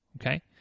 Okay